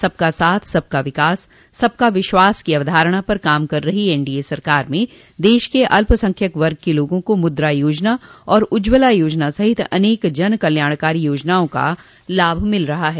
सबका साथ सबका विकास सबका विश्वास की अवधारणा पर काम कर रही एनडीए सरकार में देश के अल्पसंख्यक वर्ग के लोगों को मुद्रा योजना और उज्जवला योजना सहित अनेक जन कल्याणकारी योजनाओं का लाभ मिल रहा है